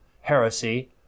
heresy